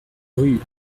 rue